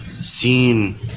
seen